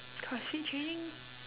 crossfit training